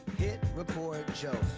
hit record joe,